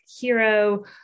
hero